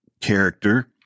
character